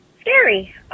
scary